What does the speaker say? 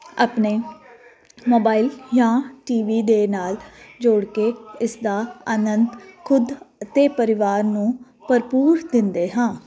ਆਪਣੇ ਮੋਬਾਇਲ ਜਾਂ ਟੀਵੀ ਦੇ ਨਾਲ ਜੋੜ ਕੇ ਇਸ ਦਾ ਆਨੰਦ ਖੁਦ ਅਤੇ ਪਰਿਵਾਰ ਨੂੰ ਭਰਪੂਰ ਦਿੰਦੇ ਹਾਂ